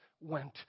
went